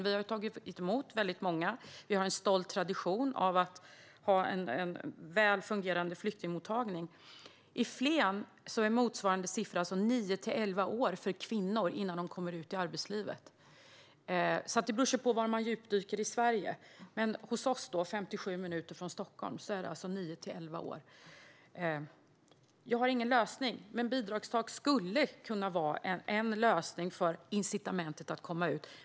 Vi har ju tagit emot väldigt många flyktingar och har en stolt tradition av en väl fungerande flyktingmottagning. I Flen tar det nio till elva år innan kvinnor kommer ut i arbetslivet. Det beror alltså på var man djupdyker i Sverige. Men hos oss, 57 minuter från Stockholm, tar det alltså nio till elva år. Jag har ingen lösning, men bidragstak skulle kunna vara en lösning för incitamentet att komma ut.